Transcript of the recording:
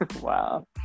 Wow